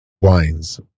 wines